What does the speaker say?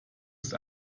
ist